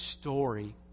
story